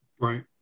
Right